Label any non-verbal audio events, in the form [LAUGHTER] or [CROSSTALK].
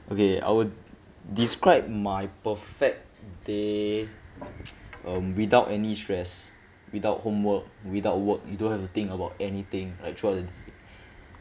okay I will describe my perfect day [NOISE] um without any stress without homework without work you don't have to think about anything actually